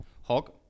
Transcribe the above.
Hog